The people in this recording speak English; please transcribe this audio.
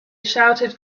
shouted